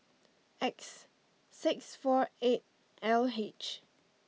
X six four eight L H